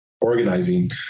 organizing